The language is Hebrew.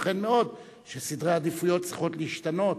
ייתכן מאוד שסדרי העדיפויות צריכים להשתנות.